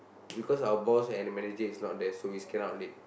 because our boss and the manager is not there so is cannot late